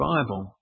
Bible